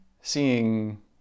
seeing